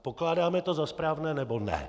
Pokládáme to za správné, nebo ne?